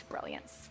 brilliance